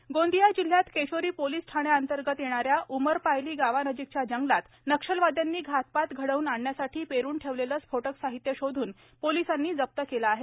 घातपात गोंदिया जिल्ह्यात केशोरी पोलीस ठाण्याअंतर्गत येणाऱ्या उमरपायली गावानजीकच्या जंगलात नक्षलवादयांनी घातपात घडवून आणण्यासाठी पेरून ठेवलेलं स्फोटक साहित्य शोधून पोलिसांनी ते जप्त केलं आहे